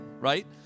right